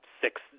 six